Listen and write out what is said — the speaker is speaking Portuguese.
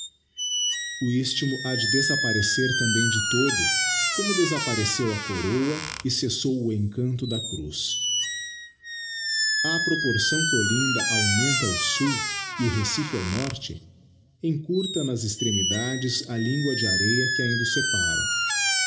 o isthmo ha de desapparecer também de todo orno desappareceu a coroa e cessou o encanto da cruz a proporção que olinda augmenta ao sul e o recife ao norte encurta nas extremidades alingua de areia que ainda os separa